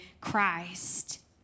Christ